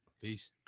Peace